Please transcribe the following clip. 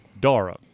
Dara